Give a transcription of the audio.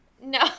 No